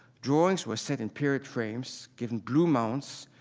drawings were set in period frames, given blue mounts,